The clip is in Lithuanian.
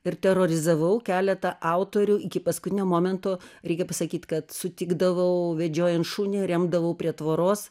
ir terorizavau keletą autorių iki paskutinio momento reikia pasakyt kad sutikdavau vedžiojant šunį remdavau prie tvoros